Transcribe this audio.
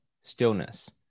stillness